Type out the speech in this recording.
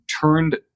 turned